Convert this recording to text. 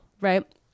right